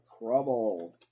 trouble